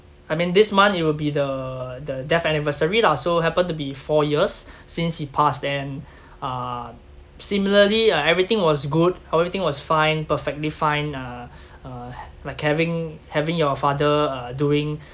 I mean this month it will be the the death anniversary lah so happen to be four years since he passed and uh similarly uh everything was good everything was fine perfectly fine uh uh like having having your father uh doing